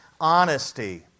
honesty